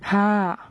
!huh!